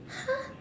!huh!